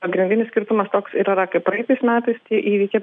pagrindinis skirtumas toks ir yra kai praeitais metais tie įvykiai